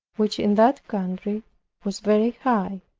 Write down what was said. which in that country was very high.